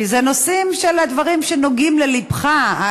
כי אלה נושאים של דברים שנוגעים ללבך,